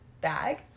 bag